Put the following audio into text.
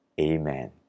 Amen